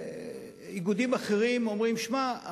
איגודים אחרים אומרים: שמע,